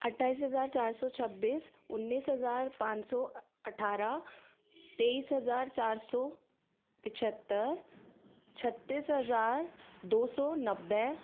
अट्ठाईस हज़ार चार सौ छबीस उन्नीस हज़ार पाँच सौ अठारह तेईस हज़ार चार सौ पचहत्तर छत्तीस हज़ार दो सौ नब्बे